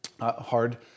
hard